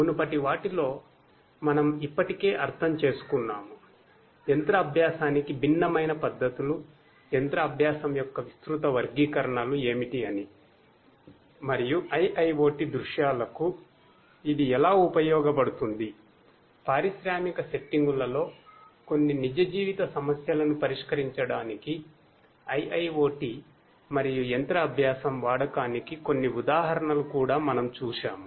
మునుపటి వాటిలో మనం ఇప్పటికే అర్థం చేసుకున్నాము యంత్ర అభ్యాసానికి భిన్నమైన పద్ధతులు మెషిన్ లెర్నింగ్ వాడకానికి కొన్ని ఉదాహరణలు కూడా మనం చూశాము